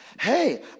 Hey